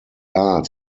art